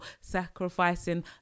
sacrificing